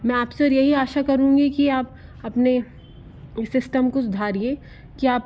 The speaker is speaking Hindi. मैं आप से और यही आशा करूँगी कि आप अपने सिस्टम को सुधारिए कि आप